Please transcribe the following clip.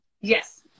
yes